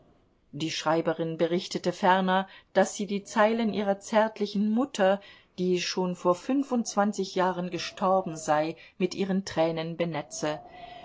die schreiberin berichtete ferner daß sie die zeilen ihrer zärtlichen mutter die schon vor fünfundzwanzig jahren gestorben sei mit ihren tränen benetze